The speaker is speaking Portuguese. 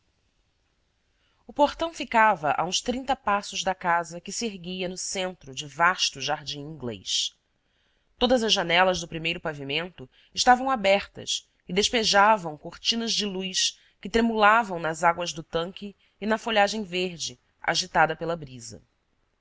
o portão ficava a uns trinta passos da casa que se erguia no centro de vasto jardim inglês todas as janelas do primeiro pavimento estavam abertas e despejavam cortinas de luz que tremulavam nas águas do tanque e na folhagem verde agitada pela brisa